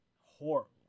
horrible